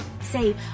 Say